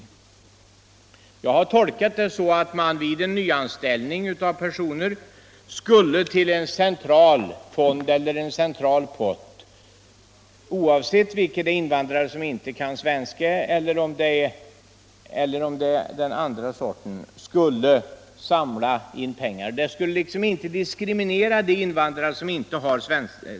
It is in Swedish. Jag har tolkat det så att man vid nyanställning av personer, oavsett om det gäller in vandrare som inte kan svenska eller om det gäller den andra gruppen, - Nr 127 till en central pott skulle samla in pengar. Det skulle liksom inte dis Fredagen den kriminera de invandrare som inte kan svenska.